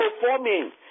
performing